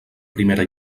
primera